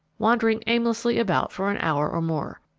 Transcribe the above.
wandering aimlessly about for an hour or more.